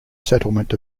settlement